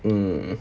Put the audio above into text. mmhmm